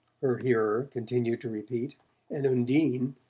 her hearer continued to repeat and undine,